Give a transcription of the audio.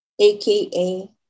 aka